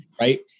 Right